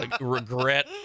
regret